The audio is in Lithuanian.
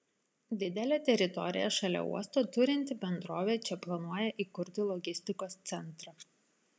didelę teritoriją šalia uosto turinti bendrovė čia planuoja įkurti logistikos centrą